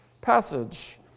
passage